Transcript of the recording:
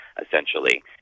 essentially